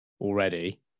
already